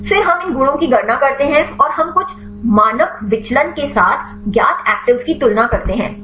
और फिर हम इन गुणों की गणना करते हैं और हम कुछ मानक विचलन के साथ ज्ञात एक्टीवेस की तुलना करते हैं